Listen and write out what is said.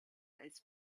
its